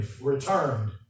returned